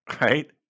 right